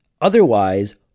Otherwise